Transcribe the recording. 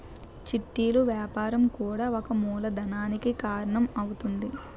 చిట్టీలు వ్యాపారం కూడా ఒక మూలధనానికి కారణం అవుతుంది